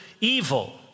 evil